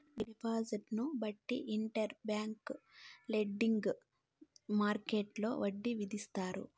డిమాండ్ను బట్టి inter bank lending మార్కెట్టులో వడ్డీ విధిస్తారు